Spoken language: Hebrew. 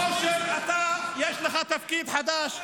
אושר, אתה, יש לך תפקיד חדש.